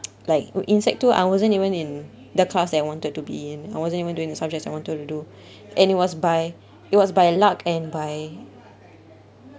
like in sec~ two I wasn't even in the class that I wanted to be in I wasn't even doing the subjects I wanted to do and it was by it was by luck and by